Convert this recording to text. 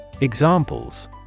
Examples